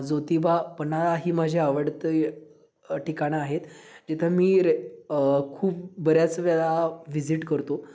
ज्योतिबा पन्हाळा ही माझी आवडती ठिकाणं आहेत जिथं मी रे खूप बऱ्याच वेळा व्हिजिट करतो